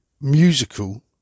musical